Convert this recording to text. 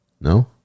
no